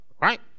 right